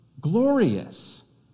glorious